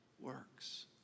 works